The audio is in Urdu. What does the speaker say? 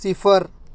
صفر